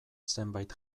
zenbait